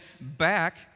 back